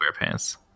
squarepants